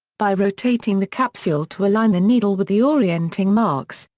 by rotating the capsule to align the needle with the orienting marks,